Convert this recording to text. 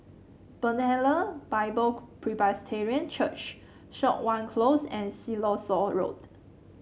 Bethlehem Bible Presbyterian Church Siok Wan Close and Siloso Road